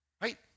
Right